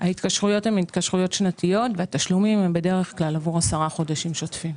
ההתקשרויות הן שנתיות והתשלומים הם בדרך כלל עבור 10 חודשים שוטפים.